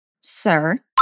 sir